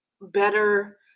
better